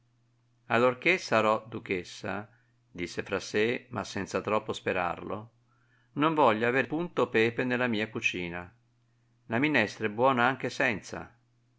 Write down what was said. allorchè sarò duchessa disse fra sè ma senza troppo sperarlo non voglio aver punto pepe nella mia cucina la minestra è buona anche senza